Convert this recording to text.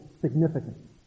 significant